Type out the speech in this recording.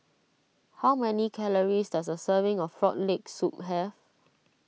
how many calories does a serving of Frog Leg Soup have